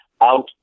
out